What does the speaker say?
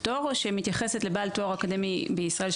פטור שמתייחסת לבעל תואר אקדמי בישראל,